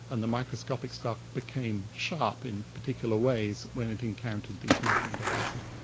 and the microscopic stuff became sharp in particular ways when it encountered these measuring devices.